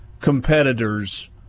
competitors